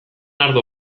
ardo